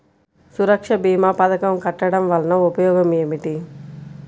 సురక్ష భీమా పథకం కట్టడం వలన ఉపయోగం ఏమిటి?